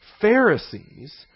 Pharisees